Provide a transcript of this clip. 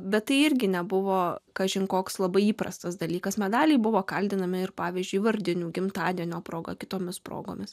bet tai irgi nebuvo kažin koks labai įprastas dalykas medaliai buvo kaldinami ir pavyzdžiui vardinių gimtadienio proga kitomis progomis